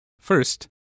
First